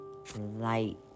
Light